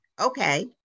Okay